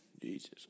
Jesus